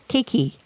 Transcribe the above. Kiki